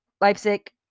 Leipzig